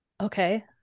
Okay